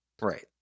right